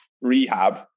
rehab